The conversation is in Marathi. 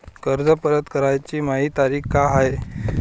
कर्ज परत कराची मायी तारीख का हाय?